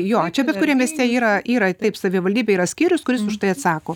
jo čia bet kuriam mieste yra yra taip savivaldybėj yra skyrius kuris už tai atsako